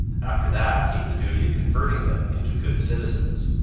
after that came the duty of converting them into good citizens.